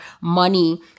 money